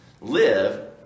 live